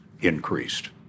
increased